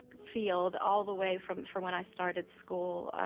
field all the way from from when i started school.